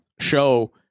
show